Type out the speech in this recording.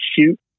shoot